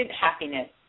happiness